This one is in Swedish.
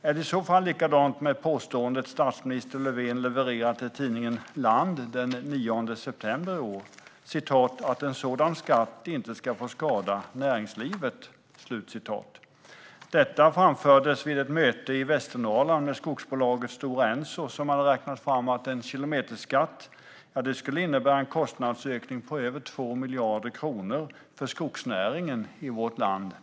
Är det i så fall likadant med påståendet som statsminister Löfven levererade i tidningen Land den 9 september i år om att en sådan skatt inte ska få skada näringslivet? Detta framfördes vid ett möte i Västernorrland med skogsbolaget Stora Enso som hade räknat fram att en kilometerskatt skulle innebära en kostnadsökning på över 2 miljarder kronor per år för skogsnäringen i vårt land.